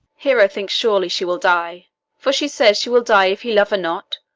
hero thinks surely she will die for she says she will die if he love her not,